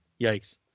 yikes